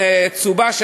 צהובה,